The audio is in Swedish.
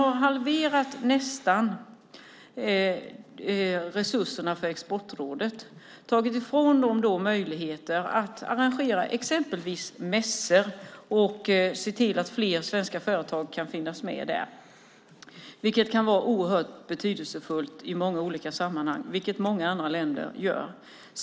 Man har nästan halverat resurserna till Exportrådet. Man har tagit ifrån dem möjligheter att arrangera exempelvis mässor och se till att fler svenska företag kan finnas med där, vilket kan vara oerhört betydelsefullt i många olika sammanhang och vilket många andra länder gör.